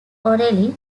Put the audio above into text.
orally